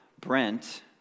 Brent